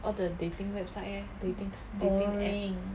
all the dating website eh dating dating app